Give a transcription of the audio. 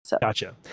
Gotcha